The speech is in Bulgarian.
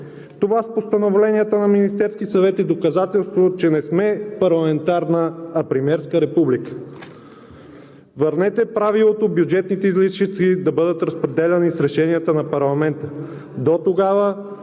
Това с постановленията на Министерския съвет е доказателство, че не сме парламентарна, а премиерска република. Върнете правилото бюджетните излишъци да бъдат разпределяни с решения на парламента. Дотогава